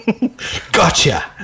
Gotcha